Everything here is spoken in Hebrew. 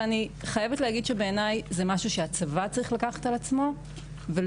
ואני חייבת להגיד שבעיניי זה משהו שהצבא צריך לקחת על עצמו ולא